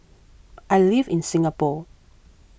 I live in Singapore